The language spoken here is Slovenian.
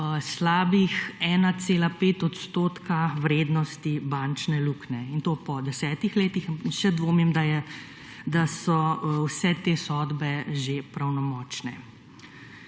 slabih 1,5 odstotka vrednosti bančne luknje in to po 10 letih še dvomim, da so vse te sodbe že pravnomočne.